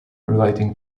relating